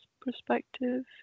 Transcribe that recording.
perspective